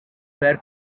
where